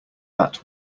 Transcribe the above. that